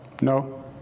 no